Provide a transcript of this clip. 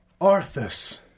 Arthas